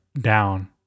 down